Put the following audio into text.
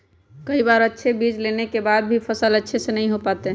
कई बार हम अच्छे बीज लेने के बाद भी फसल अच्छे से नहीं हो पाते हैं?